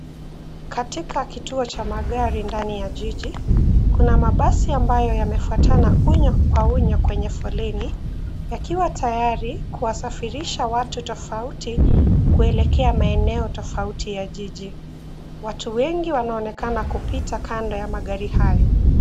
Katika kituo cha magari ndani ya jiji, kuna mabasi ambayo yamefuatana unyo kwa unyo kwenye foleni yakiwa tayari kuwasafirisha watu tofauti kuelekea maeneo tofauti ya jiji. Watu wengi wanaonekana kupita kando ya magari hayo.